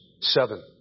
seven